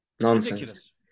Nonsense